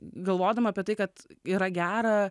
galvodama apie tai kad yra gera